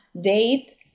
date